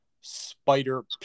spider